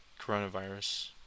coronavirus